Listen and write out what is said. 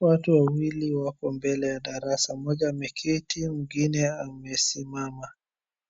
Watu wawili wako mbele ya darasa. Mmoja ameketi mwingine amesimama.